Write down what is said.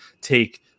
take